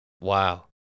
Wow